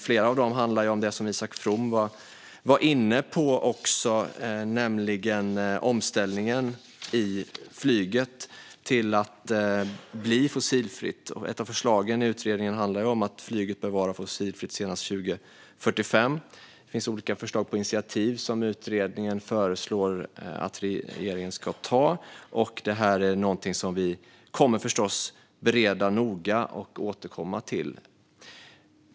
Flera av dem handlar om det som också Isak From var inne på, nämligen omställningen i flyget till att bli fossilfritt. Ett av förslagen handlar om att flyget bör vara fossilfritt senast 2045. Det finns olika förslag till initiativ som utredningen föreslår att regeringen ska ta. Detta är någonting som vi förstås kommer att bereda noga och återkomma till.